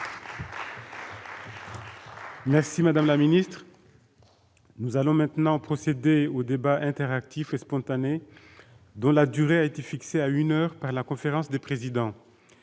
européennes ! Nous allons maintenant procéder au débat interactif et spontané, dont la durée a été fixée à une heure par la conférence des présidents.